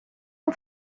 اون